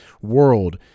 world